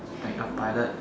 like a pilot